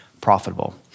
profitable